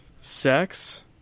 sex